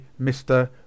Mr